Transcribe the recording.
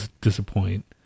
disappoint